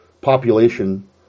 population